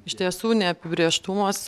iš tiesų neapibrėžtumas